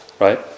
Right